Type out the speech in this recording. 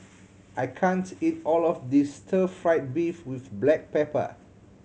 I can't eat all of this stir fried beef with black pepper